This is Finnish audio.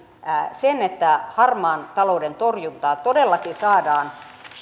sen että harmaan talouden torjunnassa todellakin saadaan